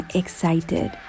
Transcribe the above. excited